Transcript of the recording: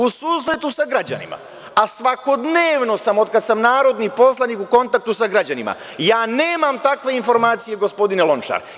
U susretu sa građanima, a svakodnevno sam od kad sam narodni poslanik u kontaktu sa građanima, ja nemam takve informacije, gospodine Lončar.